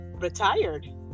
Retired